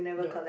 no